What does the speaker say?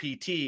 PT